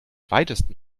weitesten